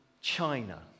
China